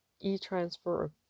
e-transfer